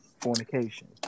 fornication